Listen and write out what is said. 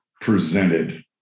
presented